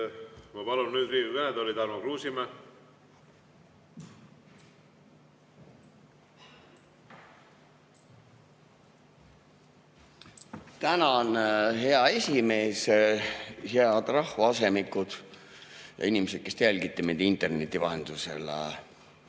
Ma palun nüüd Riigikogu kõnetooli Tarmo Kruusimäe. Tänan, hea esimees! Head rahvaasemikud ja inimesed, kes te jälgite meid interneti vahendusel!